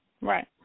Right